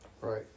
Right